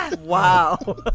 Wow